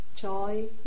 joy